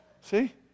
See